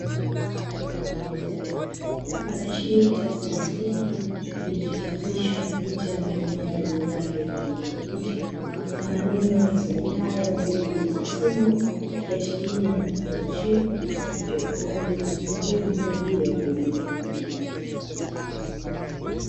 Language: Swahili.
Kifungashio cha plastiki kilichochapishwa picha ya mimea yenye rangi ya kijani kibichi, na maneno yasomekayo "Mbegu za simlo" ikiashiria ni kifungashio kilichohifadhi mbegu kwa ajili ya kilimo.